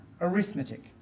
arithmetic